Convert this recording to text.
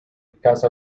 because